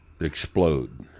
explode